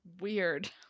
Weird